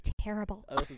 terrible